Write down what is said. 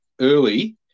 early